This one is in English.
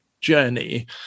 journey